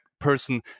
person